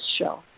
show